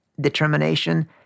determination